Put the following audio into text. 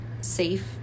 safe